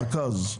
רכז,